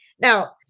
Now